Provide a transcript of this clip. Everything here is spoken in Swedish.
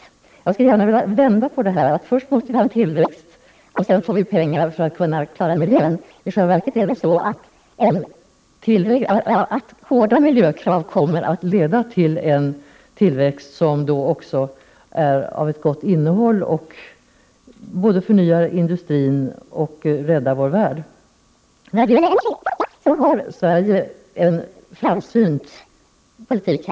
Jag skulle gärna vilja vända på resonemanget att vi först måste ha tillväxt och därmed få pengar att klara miljön — i själva verket är det så att hårda miljökrav kommer att leda till en tillväxt som är av ett gott innehåll och både förnyar industrin och räddar vår värld. Sverige har en framsynt energipolitik.